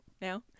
now